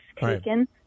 taken